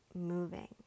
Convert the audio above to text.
moving